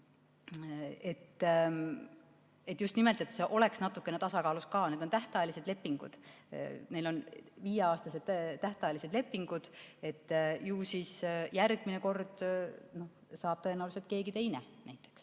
Just nimelt, et see oleks natukene tasakaalus. Need on tähtajalised lepingud, neil on viieaastased tähtajalised lepingud. Ju siis järgmine kord saab tõenäoliselt [selle ameti]